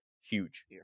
huge